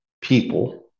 people